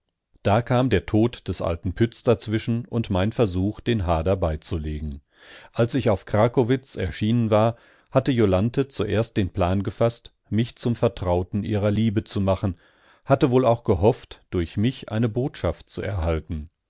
da kam der tod des alten pütz dazwischen und mein versuch den hader beizulegen als ich auf krakowitz erschienen war hatte jolanthe zuerst den plan gefaßt mich zum vertrauten ihrer liebe zu machen hatte wohl auch gehofft durch mich eine botschaft zu erhalten